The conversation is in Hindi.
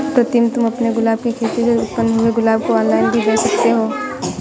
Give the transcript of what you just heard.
प्रीतम तुम अपने गुलाब की खेती से उत्पन्न हुए गुलाब को ऑनलाइन भी बेंच सकते हो